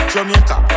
Jamaica